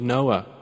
Noah